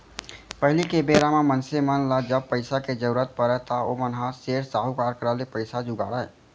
पहिली के बेरा म मनसे मन ल जब पइसा के जरुरत परय त ओमन ह सेठ, साहूकार करा ले पइसा जुगाड़य